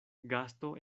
gasto